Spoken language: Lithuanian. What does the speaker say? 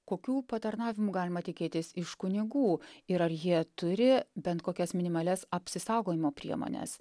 kokių patarnavimų galima tikėtis iš kunigų ir ar jie turi bent kokias minimalias apsisaugojimo priemones